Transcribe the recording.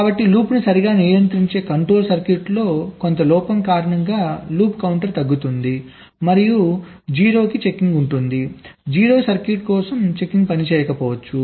కాబట్టి లూప్ను సరిగ్గా నియంత్రించే కంట్రోల్ సర్క్యూట్లో కొంత లోపం కారణంగా లూప్ కౌంటర్ తగ్గుతుంది మరియు 0 కి చెకింగ్ ఉంటుంది 0 సర్క్యూట్ కోసం చెకింగ్ పనిచేయకపోవచ్చు